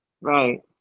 Right